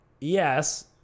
yes